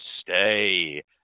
stay